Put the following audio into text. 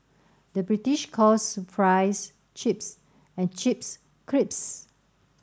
the British calls fries chips and chips crisps